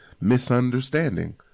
misunderstanding